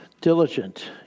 diligent